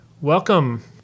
Welcome